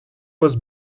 was